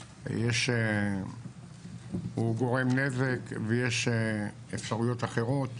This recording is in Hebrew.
הוא גורם נזק, ויש אפשרויות אחרות,